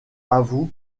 avoue